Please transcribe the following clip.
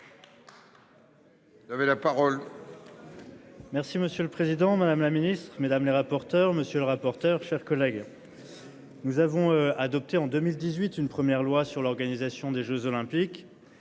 Vous avez la parole.